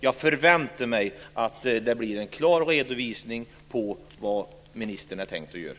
Jag förväntar mig att få en klar redovisning av vad ministern har tänkt att göra.